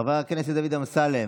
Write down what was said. חבר הכנסת דוד אמסלם,